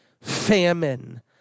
famine